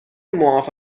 معاف